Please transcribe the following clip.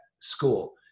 school